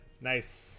nice